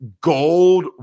Gold